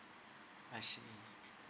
I see